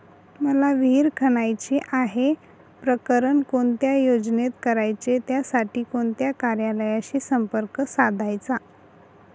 मला विहिर खणायची आहे, प्रकरण कोणत्या योजनेत करायचे त्यासाठी कोणत्या कार्यालयाशी संपर्क साधायचा?